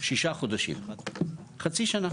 ששה חודשים, חצי שנה.